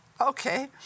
okay